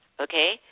Okay